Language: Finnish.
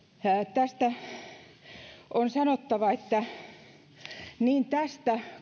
tästä on sanottava että niin tästä